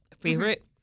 favorite